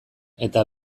eta